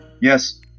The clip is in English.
Yes